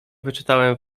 wyczytałem